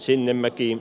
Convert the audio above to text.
sinnemäki